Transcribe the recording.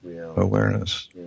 awareness